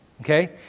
Okay